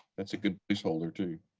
that's a good place holder too.